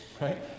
right